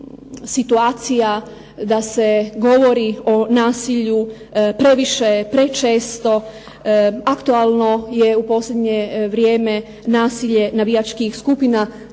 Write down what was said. situacija da se govori o nasilju, previše, prečesto aktualno je u posljednje vrijeme nasilje navijačkih skupina.